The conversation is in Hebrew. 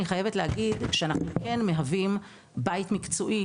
אני חייבת לומר שאנחנו כן מהווים בית מקצועי